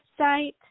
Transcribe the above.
website